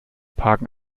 parken